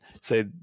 say